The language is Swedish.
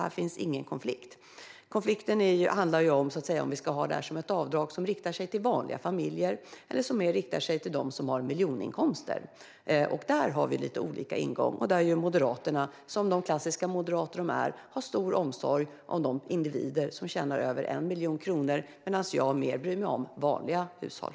Här finns ingen konflikt. Konflikten handlar om RUT ska finnas som ett avdrag som riktar sig till vanliga familjer eller mer till dem som har miljoninkomster. Där har vi lite olika ingång. Där visar Moderaterna, som de klassiska moderater de är, stor omsorg om de individer som tjänar över 1 miljon kronor, medan jag mer bryr mig om vanliga hushåll.